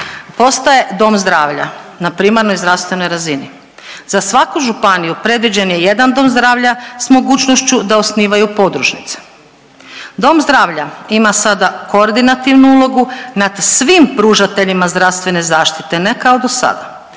postaje dom zdravlja na primarnoj zdravstvenoj razini. Za svaku županiju predviđen je jedan dom zdravlja s mogućnošću da osnivaju podružnice. Dom zdravlja ima sada koordinativnu ulogu nad svim pružateljima zdravstvene zaštite, ne kao dosada,